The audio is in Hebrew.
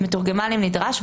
מתורגמן אם נדרש,